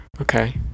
Okay